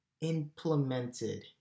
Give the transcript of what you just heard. implemented